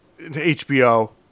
HBO